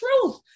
truth